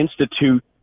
institute